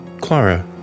Clara